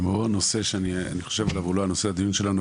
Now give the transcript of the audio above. עוד נושא שהוא לא הנושא של הדיון שלנו,